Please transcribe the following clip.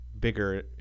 bigger